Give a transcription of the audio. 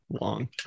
long